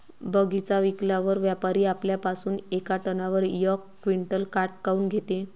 बगीचा विकल्यावर व्यापारी आपल्या पासुन येका टनावर यक क्विंटल काट काऊन घेते?